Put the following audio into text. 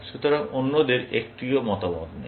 সুতরাং অন্যদের একটিও মতামত নেই